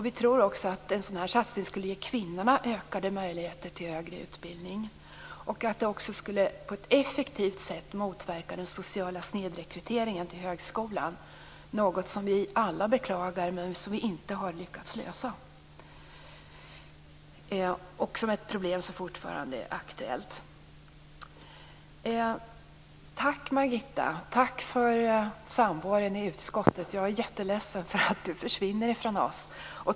Vi tror också att en sådan satsning skulle ge kvinnorna ökade möjligheter till högre utbildning. Det skulle också på ett effektivt sätt motverka den sociala snedrekryteringen till högskolan, något vi alla beklagar men som vi inte har lyckats lösa. Det är ett problem som fortfarande är aktuellt. Tack, Margitta, för samvaron i utskottet! Jag är jätteledsen för att du försvinner från oss.